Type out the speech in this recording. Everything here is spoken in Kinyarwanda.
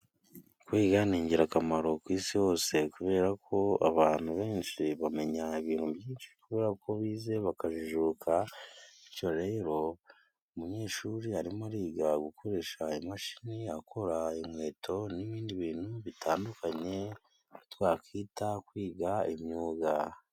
Kwiga ni ingirakamaro ku isi hose kubera ko abantu benshi bamenya ibintu byinshi kubera uko bize bakajijuka. Bityo rero umunyeshuri arimo ariga gukoresha imashini akora inkweto n'ibindi bintu bitandukanye twakwita kwiga imyuga.